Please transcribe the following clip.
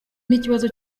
n’ikibazo